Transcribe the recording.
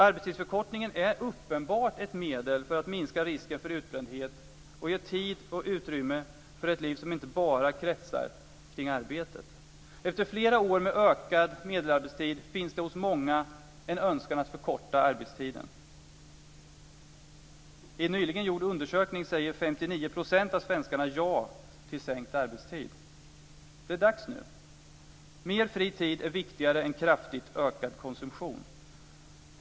Arbetstidsförkortning är uppenbart ett medel för att minska risken för utbrändhet och för att ge tid och utrymme för ett liv som inte bara kretsar kring arbetet. Efter flera år med ökad medelarbetstid finns det hos många en önskan om att förkorta arbetstiden. I en nyligen gjord undersökning säger 59 % av svenskarna ja till sänkt arbetstid. Det är dags nu. Mer fri tid är viktigare än kraftigt ökad konsumtion.